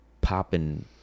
popping